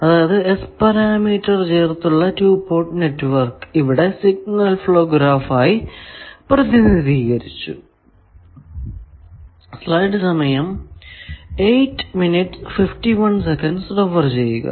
അതായത് S parameter ചേർത്തുള്ള 2 port network ഇവിടെ സിഗ്നൽ ഫ്ലോ ഗ്രാഫ് ആയി പ്രതിനിധീകരിച്ചു